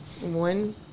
One